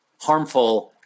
harmful